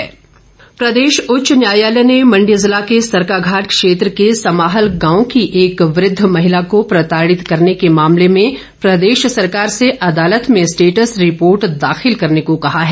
high court प्रदेश उच्च न्यायालय ने मंडी जिला के सरकाघाट क्षेत्र के समाहल गांव की एक वृद्ध महिला को प्रताड़ित करने के मामले में प्रदेश सरकार से अदालत में स्टेटस रिपोर्ट दाखिल करने को ँकहा है